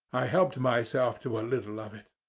i helped myself to a little of it.